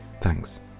Thanks